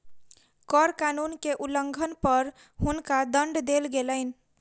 कर कानून के उल्लंघन पर हुनका दंड देल गेलैन